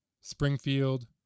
Springfield